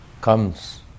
comes